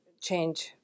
change